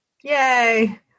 Yay